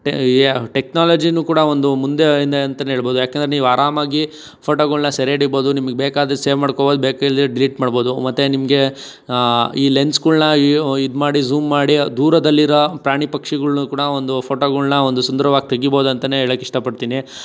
ಟೆಕ್ನಾಲಜಿಯೂ ಕೂಡ ಒಂದು ಮುಂದೆ ಇದೆ ಅಂತಲೇ ಹೇಳಬಹ್ದು ಏಕೆಂದರೆ ನೀವು ಆರಾಮಾಗಿ ಫೋಟೋಗಳನ್ನ ಸೆರೆ ಹಿಡಿಬಹ್ದು ನಿಮಗೆ ಬೇಕಾದರೆ ಸೇವ್ ಮಾಡ್ಕೊಬೋದು ಬೇಕಿಲ್ಲದಿದ್ರೆ ಡಿಲೀಟ್ ಮಾಡ್ಬಹುದು ಮತ್ತೆ ನಿಮಗೆ ಈ ಲೆನ್ಸ್ಗಳನ್ನ ಇದು ಮಾಡಿ ಜೂಮ್ ಮಾಡಿ ದೂರದಲ್ಲಿರೋ ಪ್ರಾಣಿ ಪಕ್ಷಿಗಳನ್ನು ಕೂಡ ಒಂದು ಫೋಟೋಗಳನ್ನ ಒಂದು ಸುಂದರವಾಗಿ ತೆಗಿಬಹ್ದು ಅಂತಲೇ ಹೇಳೋಕೆ ಇಷ್ಟಪಡ್ತೀನಿ